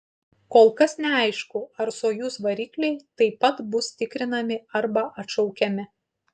kol kas neaišku ar sojuz varikliai taip pat bus tikrinami arba atšaukiami